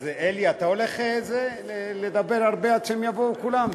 אז, אלי, אתה הולך לדבר הרבה עד שהם יבואו כולם?